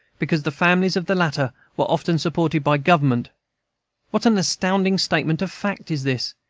because the families of the latter were often supported by government what an astounding statement of fact is this!